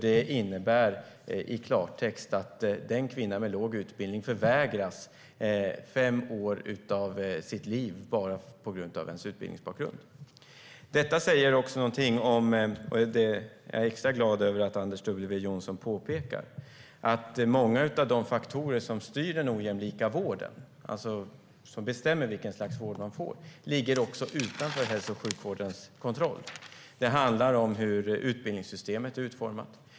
Det innebär i klartext att en kvinna enbart på grund av sin utbildningsbakgrund förvägras fem år av sitt liv. Jag är extra glad att Anders W Jonsson påpekar att många av de faktorer som styr den ojämlika vården, som bestämmer vilken sorts vård man får, ligger också utanför hälso och sjukvårdens kontroll. Det handlar om hur utbildningssystemet är utformat.